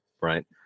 right